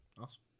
awesome